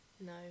no